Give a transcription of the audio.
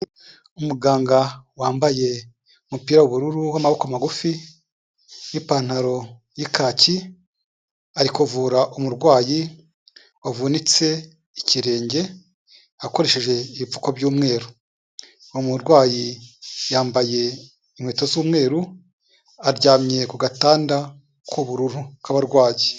Umuganga wambaye umupira w'ubururu w'amaboko magufi, n'ipantaro y'ikaki, ari kuvura umurwayi wavunitse ikirenge, akoresheje ibipfuko by'umweru. Umurwayi yambaye inkweto z'umweru, aryamye ku gatanda k'ubururu k'abarwayi.